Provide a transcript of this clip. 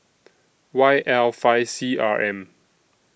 Y L five C R M